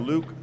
Luke